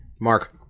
Mark